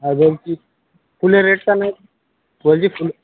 আর বলছি ফুলের রেটটা নে বলছি ফুলের